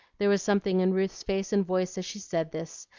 there was something in ruth's face and voice as she said this,